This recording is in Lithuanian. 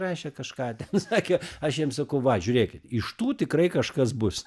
rašė kažką ten sakė aš jiem sakau va žiūrėkit iš tų tikrai kažkas bus